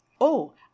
Oh